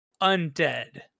undead